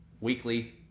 weekly